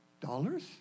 dollars